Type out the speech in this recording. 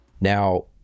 Now